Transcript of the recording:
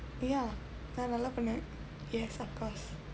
ya தாராளமா:tharaalamaa yes of course